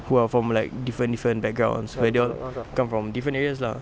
who are from like different different backgrounds like they all come from different areas lah